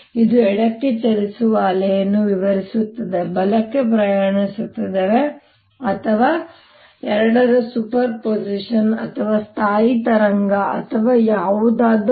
ಇದು ಎಡಕ್ಕೆ ಚಲಿಸುವ ಅಲೆಯನ್ನು ವಿವರಿಸುತ್ತದೆ ಬಲಕ್ಕೆ ಪ್ರಯಾಣಿಸುತ್ತದೆ ಅಥವಾ ಎರಡರ ಸೂಪರ್ಪೋಸಿಷನ್ ಅಥವಾ ಸ್ಥಾಯಿ ತರಂಗ ಅಥವಾ ಯಾವುದಾದರೂ